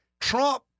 Trump